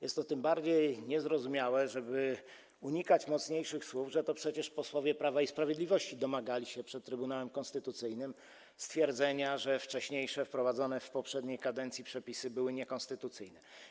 Jest to tym bardziej niezrozumiałe - unikam mocniejszych słów - że to przecież posłowie Prawa i Sprawiedliwości domagali się przed Trybunałem Konstytucyjnym stwierdzenia, że wcześniejsze, wprowadzone w poprzedniej kadencji przepisy były niekonstytucyjne.